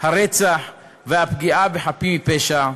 הרצח והפגיעה בחפים מפשע,